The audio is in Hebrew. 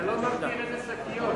אתה לא, איזה שקיות.